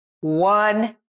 one